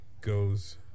goes